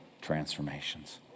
transformations